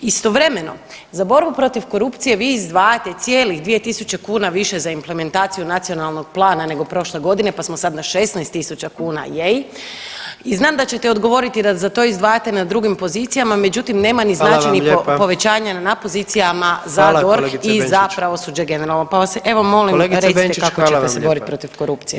Istovremeno, za borbu protiv korupcije vi izdvajate cijelih 2.000 kuna više za implementaciju nacionalnog plana nego prošle godine, pa smo sad na 16.000 kuna … [[Govornik se ne razumije]] i znam da ćete odgovoriti da za to izdvajate na drugim pozicijama, međutim nema [[Upadica: Hvala vam lijepa]] ni značajnih povećanja na pozicijama za Borg [[Upadica: Hvala kolegice Benčić]] i za pravosuđe generalno, pa vas evo molim [[Upadica: Kolegice Benčić, hvala vam lijepa]] recite kako ćete se borit protiv korupcije?